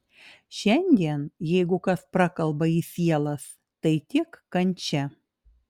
šiandien jeigu kas prakalba į sielas tai tik kančia